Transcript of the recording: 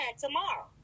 tomorrow